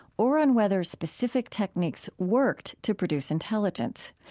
or on whether specific techniques worked to produce intelligence.